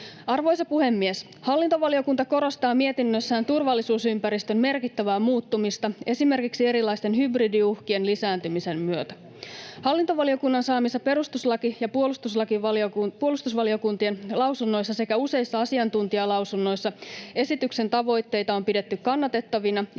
Arvoisa puhemies! Hallintovaliokunta korostaa mietinnössään turvallisuusympäristön merkittävää muuttumista esimerkiksi erilaisten hybridiuhkien lisääntymisen myötä. Hallintovaliokunnan saamissa perustuslaki- ja puolustusvaliokuntien lausunnoissa sekä useissa asiantuntijalausunnoissa esityksen tavoitteita on pidetty kannatettavina ja